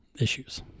issues